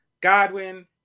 Godwin